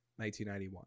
1991